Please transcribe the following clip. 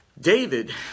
David